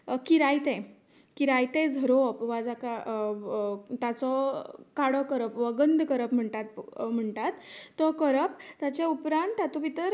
किरायतें किरायतें झरोवप वा जाका ताचो काडो करप वा गंध करप म्हणटा म्हणटात तो करप ताच्या उपरांत तातूंत भितर